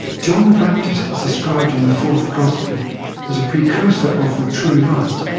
john the baptist is described in the fourth gospel as a precursor of the true light.